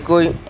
বিশেষকৈ